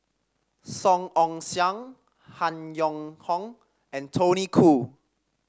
Song Ong Siang Han Yong Hong and Tony Khoo